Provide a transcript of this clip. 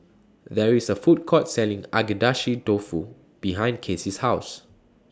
There IS A Food Court Selling Agedashi Dofu behind Kacy's House